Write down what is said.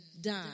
die